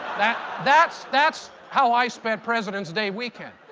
that's that's how i spent presidents' day weekend.